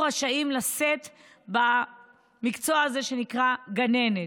רשאים לשאת במקצוע הזה שנקרא "גננת",